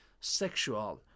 sexual